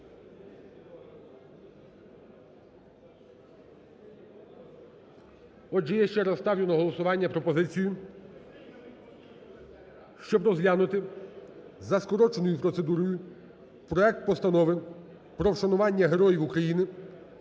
Отже, я ще раз ставлю на голосування пропозицію, щоб розглянути за скороченою процедурою проект Постанови про вшанування Героїв України